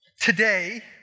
Today